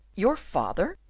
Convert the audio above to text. your father?